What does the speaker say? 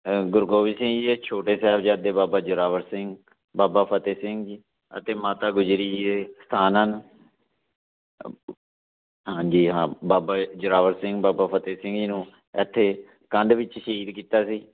ਗੁਰੂ ਗੋਬਿੰਦ ਸਿੰਘ ਜੀ ਛੋਟੇ ਸਾਹਿਬਜ਼ਾਦੇ ਬਾਬਾ ਜ਼ੋਰਾਵਰ ਸਿੰਘ ਬਾਬਾ ਫਤਿਹ ਸਿੰਘ ਜੀ ਅਤੇ ਮਾਤਾ ਗੁਜਰੀ ਜੀ ਦੇ ਸਥਾਨ ਹਨ ਹਾਂਜੀ ਹਾਂ ਬਾਬਾ ਜ਼ੋਰਾਵਰ ਸਿੰਘ ਬਾਬਾ ਫਤਿਹ ਸਿੰਘ ਜੀ ਨੂੰ ਇੱਥੇ ਕੰਧ ਵਿੱਚ ਸ਼ਹੀਦ ਕੀਤਾ ਸੀ